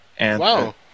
Wow